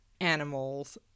animals